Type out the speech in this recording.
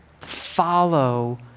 Follow